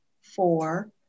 four